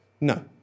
No